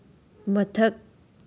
ꯃꯊꯛ